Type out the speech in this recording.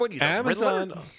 Amazon